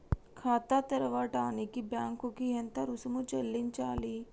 ఖాతా తెరవడానికి బ్యాంక్ కి ఎంత రుసుము చెల్లించాలి?